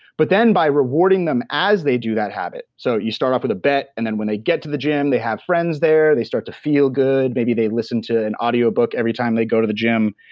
but then by rewarding them as they do that habit, so you start off with a bet and then when they get to the gym they have friends there, they are start to feel good, maybe they listen to an audiobook every time they go to the gym.